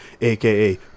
aka